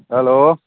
hello